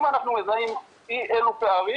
אם אנחנו מזהים אי אילו פערים,